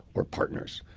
or partners.